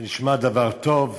נשמע דבר טוב.